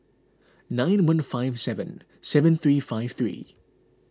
nine one five seven seven three five three